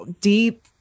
deep